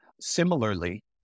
Similarly